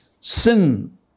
sin